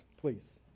please